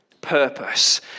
purpose